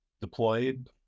deployed